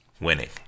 winning